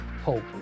hope